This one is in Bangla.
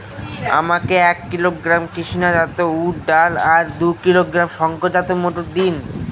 আমাকে এক কিলোগ্রাম কৃষ্ণা জাত উর্দ ডাল আর দু কিলোগ্রাম শঙ্কর জাত মোটর দিন?